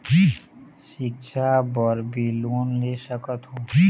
सिक्छा बर भी लोन ले सकथों?